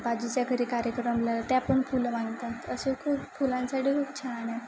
बाजूच्या घरी कार्यक्रमाला त्या पण फुलं मागतात असे खूप फुलांसाठी खूप छान आहे